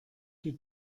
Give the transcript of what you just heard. die